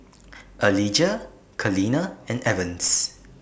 Alijah Kaleena and Evans